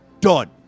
done